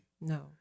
No